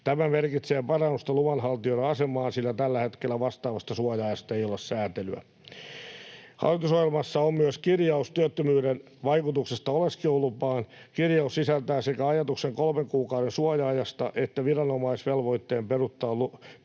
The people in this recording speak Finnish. Tämä merkitsee parannusta luvanhaltijoiden asemaan, sillä tällä hetkellä vastaavasta suoja-ajasta ei ole säätelyä. Hallitusohjelmassa on myös kirjaus työttömyyden vaikutuksesta oleskelulupaan. Kir-jaus sisältää sekä ajatuksen kolmen kuukauden suoja-ajasta että viranomaisvelvoitteen peruuttaa lupa